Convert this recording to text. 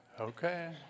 Okay